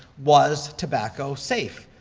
was tobacco safe?